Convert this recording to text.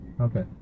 Okay